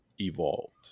evolved